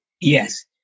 Yes